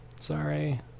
Sorry